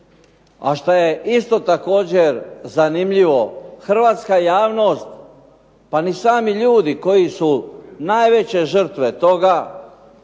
A što je isto također zanimljivo, hrvatska javnost pa ni sami ljudi koji su najveće žrtve toga,